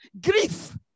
grief